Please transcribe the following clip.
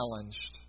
challenged